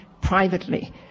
privately